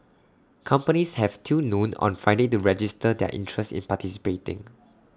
companies have till noon on Friday to register their interest in participating